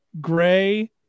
gray